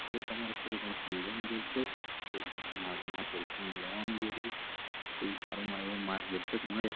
ખાલી તમારે થોળું ઘણું સમજવાની જરૂર છે કોઈ પાસે માગ માર્ગદર્શન મેળવવાની જરૂર છે કોઈ સારો એવો માર્ગદર્શક મળે